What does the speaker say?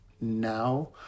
now